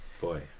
boy